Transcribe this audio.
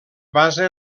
basa